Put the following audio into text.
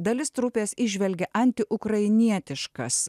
dalis trupės įžvelgė antiukrainietiškas